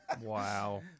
Wow